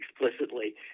explicitly